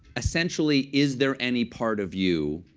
essentially, is there any part of you,